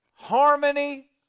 Harmony